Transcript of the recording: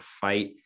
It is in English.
fight